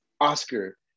Oscar